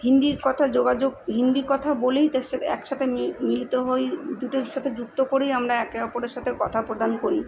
হিন্দি কথার যোগাযোগ হিন্দি কথা বলেই তার সাথে এক সাথে মি মিলিত হই দুটোর সাথে যুক্ত করেই আমরা একে অপরের সাথে কথা প্রদান করি